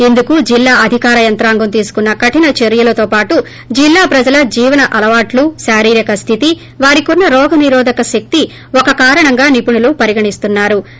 ఇందుకు జిల్లా అధికార యంత్రాంగం తీసుకున్న కఠిన చర్యలతో పాటు ఈ జిల్లా ప్రజల జీవన అలవాట్లు శారీరక స్థితి వారికున్న రోగనిరోధక శక్తి ఒక కారణంగా నిపుణులు పరిగణిస్తున్నా రు